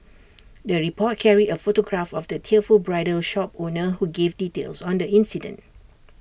the report carried A photograph of the tearful bridal shop owner who gave details on the incident